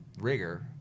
rigor